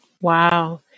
Wow